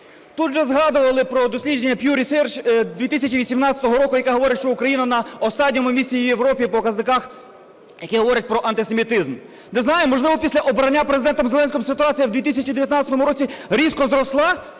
Тут уже згадували про дослідження Pew Research 2018 року, яка говорить, що Україна на останньому місці в Європі по показниках, які говорять про антисемітизм. Не знаю, можливо, після обрання Президентом Зеленського ситуація в 2019 році різко зросла